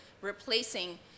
replacing